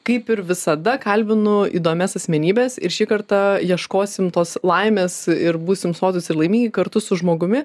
kaip ir visada kalbinu įdomias asmenybes ir šį kartą ieškosim tos laimės ir būsim sotūs ir laimingi kartu su žmogumi